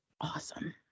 Awesome